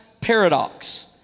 paradox